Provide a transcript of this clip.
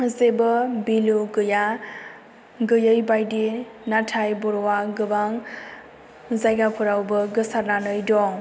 इसेबो बेलु गैया गैयैबायदि नाथाय बर'आ गोबां जायगाफोरावबो गोसारनानै दं